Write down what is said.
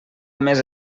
més